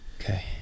Okay